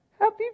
happy